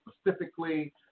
specifically